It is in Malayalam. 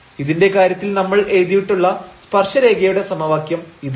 ഇതിന്റെ കാര്യത്തിൽ നമ്മൾ എഴുതിയിട്ടുള്ള സ്പർശരേഖയുടെ സമവാക്യം ഇതാണ്